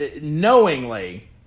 knowingly